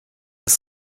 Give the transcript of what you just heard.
ist